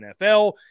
NFL